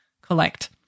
collect